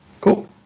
Cool